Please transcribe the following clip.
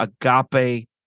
agape